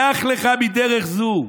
כלך לך מדרך זו.